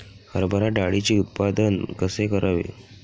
हरभरा डाळीचे उत्पादन कसे करावे?